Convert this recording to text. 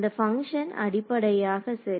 இந்த பங்க்ஷன் அடிப்படையாக சரி